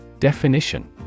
Definition